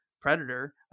Predator